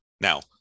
Now